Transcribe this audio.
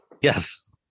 yes